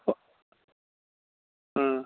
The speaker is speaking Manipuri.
ꯎꯝ